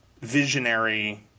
visionary